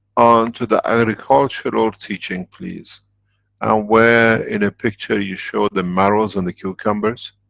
on to the agricultural teaching please and where in a picture you show the marrows and the cucumbers?